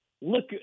look